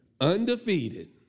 undefeated